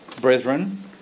brethren